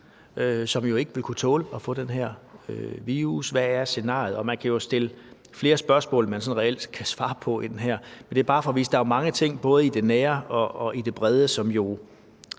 som jo ikke vil kunne tåle at få den her virus? Hvad er scenariet? Og vi kan jo stille flere spørgsmål, end man sådan reelt kan svare på her, men det er bare for at vise, at der er mange ting, både i det nære og i det brede